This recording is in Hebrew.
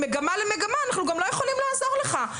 ממגמה למגמה, לעזור לך.